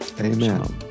Amen